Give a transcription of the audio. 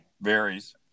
varies